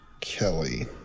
Kelly